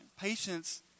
patience